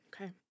Okay